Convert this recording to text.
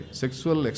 sexual